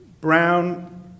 Brown